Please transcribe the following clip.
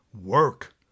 Work